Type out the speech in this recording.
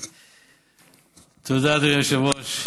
תודה, אדוני היושב-ראש.